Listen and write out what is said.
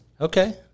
Okay